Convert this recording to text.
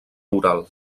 oral